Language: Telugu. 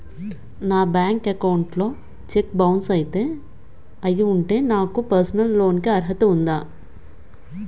నా బ్యాంక్ అకౌంట్ లో చెక్ బౌన్స్ అయ్యి ఉంటే నాకు పర్సనల్ లోన్ కీ అర్హత ఉందా?